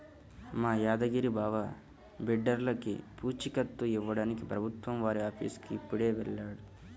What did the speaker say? మా యాదగిరి బావ బిడ్డర్లకి పూచీకత్తు ఇవ్వడానికి ప్రభుత్వం వారి ఆఫీసుకి ఇప్పుడే వెళ్ళాడు